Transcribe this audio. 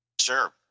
Sure